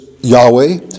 Yahweh